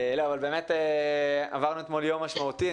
לא, אבל באמת עברנו אתמול יום משמעותי.